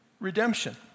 redemption